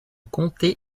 comté